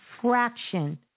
fraction